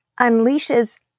unleashes